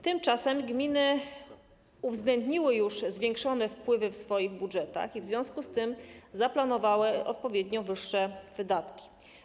Tymczasem gminy uwzględniły już zwiększone wpływy w swoich budżetach i w związku z tym zaplanowały odpowiednio wyższe wydatki.